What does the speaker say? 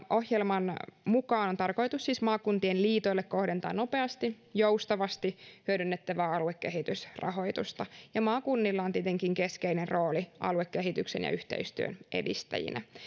ohjelman mukaan on tarkoitus siis maakuntien liitoille kohdentaa nopeasti joustavasti hyödynnettävää aluekehitysrahoitusta maakunnilla on tietenkin keskeinen rooli aluekehityksen ja yhteistyön edistäjinä